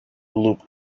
loop